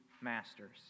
masters